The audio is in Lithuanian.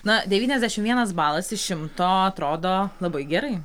na devyniasdešim vienas balas iš šimto atrodo labai gerai